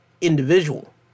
individual